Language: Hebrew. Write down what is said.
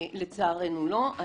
לצערנו לא.